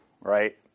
right